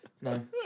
No